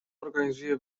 organizuje